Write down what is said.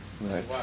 Right